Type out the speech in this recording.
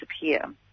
disappear